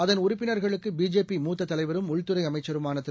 அதன் உறுப்பினர்களுக்குபிஜேபி மூத்ததலைவரும் உள்துறைஅமைச்சருமானதிரு